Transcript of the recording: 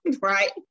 right